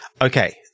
Okay